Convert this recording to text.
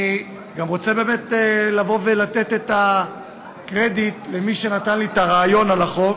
אני גם רוצה באמת לתת את הקרדיט למי שנתן לי את הרעיון לחוק,